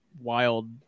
wild